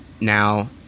now